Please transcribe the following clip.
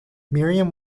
miriam